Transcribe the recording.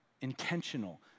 intentional